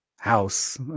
house